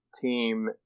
team